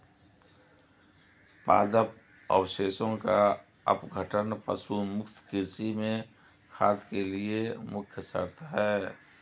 पादप अवशेषों का अपघटन पशु मुक्त कृषि में खाद के लिए मुख्य शर्त है